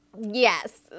yes